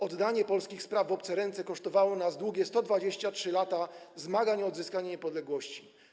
Oddanie polskich spraw w obce ręce kosztowało nas długie 123 lata zmagań o odzyskanie niepodległości.